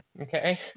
okay